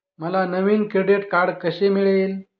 मला नवीन credit card कसे मिळेल?